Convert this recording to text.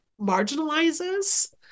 marginalizes